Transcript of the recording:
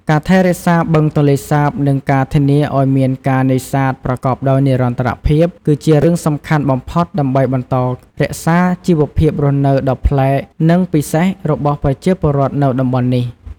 ការថែរក្សាបឹងទន្លេសាប និងការធានាឱ្យមានការនេសាទប្រកបដោយនិរន្តរភាព គឺជារឿងសំខាន់បំផុតដើម្បីបន្តរក្សាជីវភាពរស់នៅដ៏ប្លែក និងពិសេសរបស់ប្រជាពលរដ្ឋនៅតំបន់នេះ។